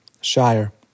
Shire